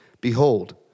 Behold